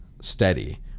steady